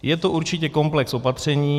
Je to určitě komplex opatření.